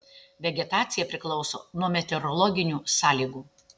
vegetacija priklauso nuo meteorologinių sąlygų